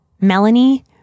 Melanie